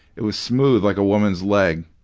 it was smooth, like a woman's leg.